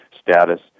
status